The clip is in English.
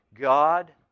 God